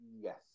Yes